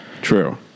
True